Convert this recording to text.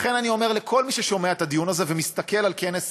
לכן אני אומר לכל מי ששומע את הדיון הזה ומסתכל על כנס